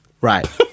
Right